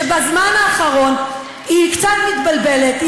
שבזמן האחרון היא קצת מתבלבלת,